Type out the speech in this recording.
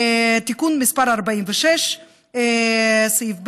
תיקון מס' 46, סעיף ב':